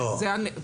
אלה הנתונים?